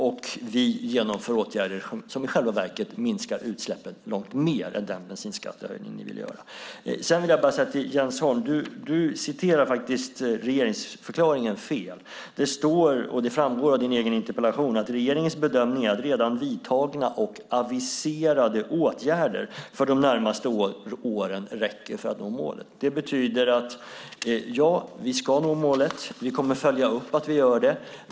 Vi vidtar åtgärder som i själva verket minskar utsläppen långt mer än den bensinskattehöjning som ni vill genomföra. Jens Holm citerade regeringsförklaringen fel. Det står, och framgår av din egen interpellation: "Regeringens bedömning är att redan vidtagna och aviserade åtgärder för de närmaste åren räcker för att nå målet." Det betyder att vi ska nå målet. Vi kommer att följa upp att vi gör det.